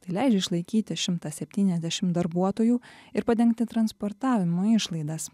tai leidžia išlaikyti šimtą septyniasdešim darbuotojų ir padengti transportavimo išlaidas